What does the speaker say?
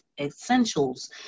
Essentials